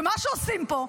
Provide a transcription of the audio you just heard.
ומה שעושים פה,